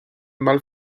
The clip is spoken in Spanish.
mal